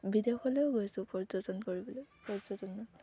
বিদেশলেও গৈছোঁ পৰ্যটন কৰিবলৈ পৰ্যটনত